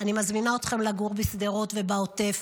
אני מזמינה אתכם לגור בשדרות ובעוטף,